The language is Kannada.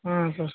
ಹ್ಞೂ ಸರ್